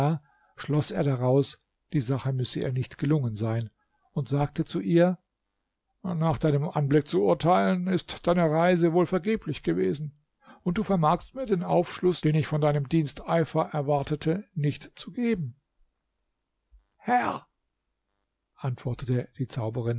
schloß er daraus die sache müsse ihr nicht gelungen sein und sagte zu ihr nach deinem anblick zu urteilen ist deine reise wohl vergeblich gewesen und du vermagst mir den aufschluß den ich von deinem diensteifer erwartete nicht zu geben herr antwortete die zauberin